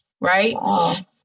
Right